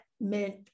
meant